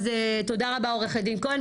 תודה רבה עורכת דין כהן.